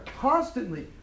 constantly